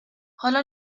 حالا